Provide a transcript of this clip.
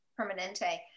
Permanente